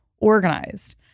organized